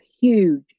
huge